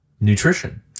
nutrition